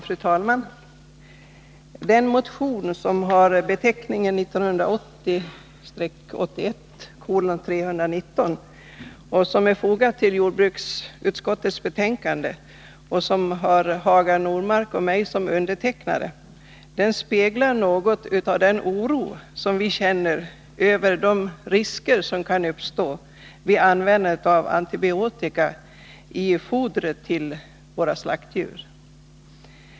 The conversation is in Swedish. Fru talman! Motion 1980/81:319 med Hagar Normark och mig som undertecknare, som behandlas i jordbruksutskottets betänkande nr 36, speglar något av den oro som vi känner över de risker som kan uppstå vid användandet av antibiotika i fodret till våra slaktdjur.